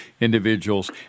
individuals